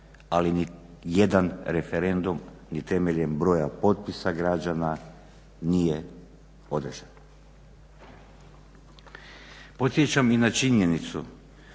ali ni jedan referendum, ni temeljem broja potpisa građana nije održan. Podsjećam i na činjenicu